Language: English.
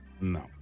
No